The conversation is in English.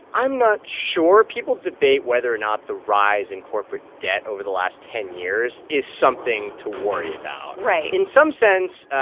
i'm not sure. people debate whether or not the rise in corporate debt over the last ten years is something to worry about right in some sense,